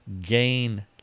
gain